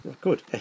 Good